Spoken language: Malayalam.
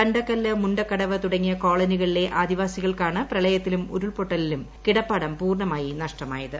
തങ്കല്ല് മുക്കടവ് തുടങ്ങിയ കോളനികളിലെ ആദിവാസികൾക്കാണ് പ്രളയത്തിലും ഉരുൾപൊട്ടലിലും കിടപ്പാടം പൂർണമായി നഷ്ടമായത്